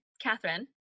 Catherine